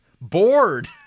bored